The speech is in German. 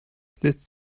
lässt